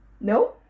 No